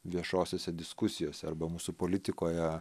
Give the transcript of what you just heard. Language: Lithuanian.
viešosiose diskusijose arba mūsų politikoje